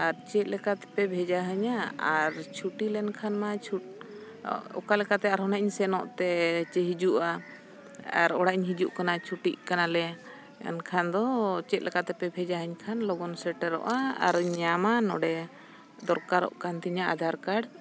ᱟᱨ ᱪᱮᱫ ᱞᱮᱠᱟ ᱛᱮᱯᱮ ᱵᱷᱮᱡᱟ ᱤᱧᱟᱹ ᱟᱨ ᱪᱷᱩᱴᱤ ᱞᱮᱱᱠᱷᱟᱱᱼᱢᱟ ᱚᱠᱟ ᱞᱮᱠᱟᱛᱮ ᱟᱨᱦᱚᱸ ᱱᱟᱜ ᱤᱧ ᱥᱮᱱᱚᱜᱼᱛᱮ ᱪᱮ ᱦᱤᱡᱩᱜᱼᱟ ᱟᱨ ᱚᱲᱟᱜ ᱤᱧ ᱦᱤᱡᱩᱜ ᱠᱟᱱᱟ ᱪᱷᱩᱴᱤᱜ ᱠᱟᱱᱟᱞᱮ ᱮᱱᱠᱷᱟᱱ ᱫᱚ ᱪᱮᱫ ᱞᱮᱠᱟ ᱛᱮᱯᱮ ᱵᱷᱮᱡᱟᱣᱟᱧ ᱠᱷᱟᱱ ᱞᱚᱜᱚᱱ ᱥᱮᱴᱮᱨᱚᱜᱼᱟ ᱟᱨᱚᱧ ᱧᱟᱢᱟ ᱱᱚᱸᱰᱮ ᱫᱚᱨᱠᱟᱨᱚᱜ ᱠᱟᱱ ᱛᱤᱧᱟᱹ ᱟᱫᱷᱟᱨ ᱠᱟᱨᱰ